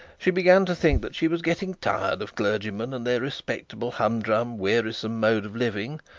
she began to think that she was getting tired of clergymen and their respectable humdrum wearisome mode of living,